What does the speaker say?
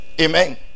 Amen